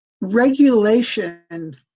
regulation